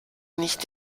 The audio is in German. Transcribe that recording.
nicht